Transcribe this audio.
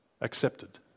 accepted